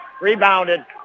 Rebounded